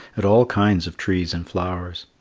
and all kinds of trees and flowers.